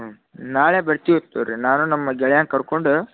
ಹ್ಞೂ ನಾಳೆ ಬರ್ತೀವು ತೌರಿ ನಾನು ನಮ್ಮ ಗೆಳೆಯನ್ನ ಕರ್ಕೊಂಡು